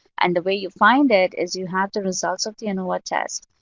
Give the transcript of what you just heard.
and the way you find it is you have the results of the anova test.